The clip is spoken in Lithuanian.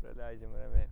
praleidžiam ramiai